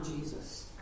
Jesus